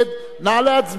נא להצביע.